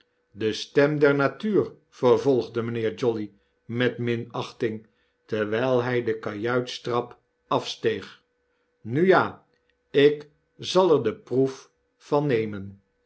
de stem der natuur vervolgde mijnheer jolly met minachting terwfll hij de kajuitstrap afsteeg nu ja ik zal er deproefvannemen